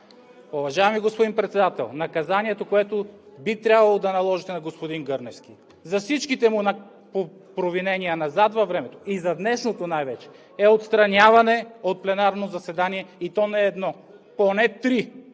Уважаеми господин Председател, наказанието, което би трябвало да наложите на господин Гърневски за всичките му провинения назад във времето и за днешното най-вече, е отстраняване от пленарно заседание, и то не едно – поне три